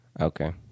Okay